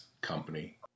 company